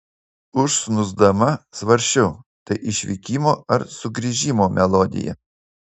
užsnūsdama svarsčiau tai išvykimo ar sugrįžimo melodija